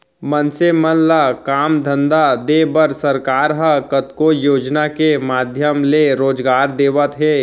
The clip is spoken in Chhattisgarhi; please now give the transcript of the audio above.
मनसे मन ल काम धंधा देय बर सरकार ह कतको योजना के माधियम ले रोजगार देवत हे